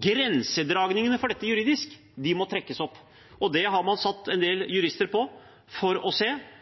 Grensedragningene for dette juridisk må trekkes opp. Og det har man satt en del jurister til å se